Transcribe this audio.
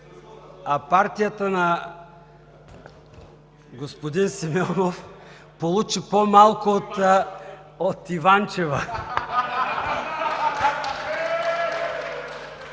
а партията на господин Симеонов получи по-малко от Иванчева.